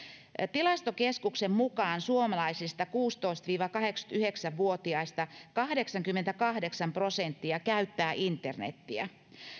tilastokeskuksen mukaan suomalaisista kuusitoista viiva kahdeksankymmentäyhdeksän vuotiaista kahdeksankymmentäkahdeksan prosenttia käyttää internetiä